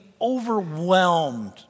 overwhelmed